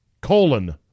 colon